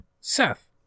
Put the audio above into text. Seth